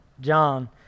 John